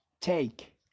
take